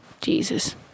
Jesus